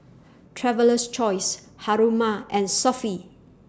Traveler's Choice Haruma and Sofy